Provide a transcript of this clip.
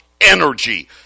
energy